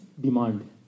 demand